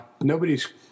nobody's